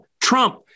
Trump